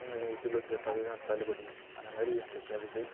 சதவீதம் தள்ளுபடி அந்தமாதிரி எங்களுக்கு வருது